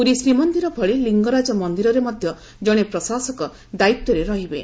ପୁରୀ ଶ୍ରୀମନ୍ଦିର ଭଳି ଲିଙ୍ଗରାଜ ମନ୍ଦିରରେ ମଧ୍ଧ ଜଣେ ପ୍ରଶାସକ ଦାୟିତ୍ୱରେ ରହିବେ